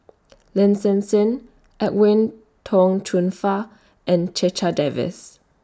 Lin Hsin Hsin Edwin Tong Chun Fai and Checha Davies